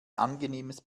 angenehmes